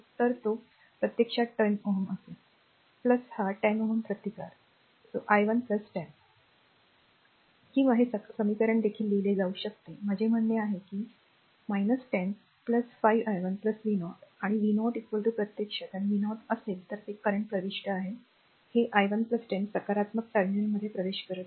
तर तो प्रत्यक्षात 10 Ω असेल हा 10 Ω प्रतिकार r i 1 10 किंवा हे समीकरण देखील लिहिले जाऊ शकते माझे म्हणणे आहे की ते r 10 r 5 i 1 v0 आणि v0 प्रत्यक्षात आणि v0 असेल तर ते करंट प्रविष्ट आहे हे i 1 10 सकारात्मक टर्मिनलमध्ये प्रवेश करत आहे